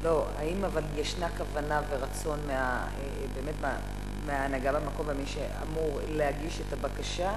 האם ישנה כוונה ורצון מההנהגה במקום ומי שאמור להגיש את הבקשה?